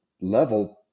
level